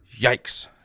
Yikes